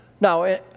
Now